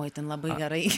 oi ten labai gerai